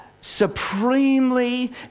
supremely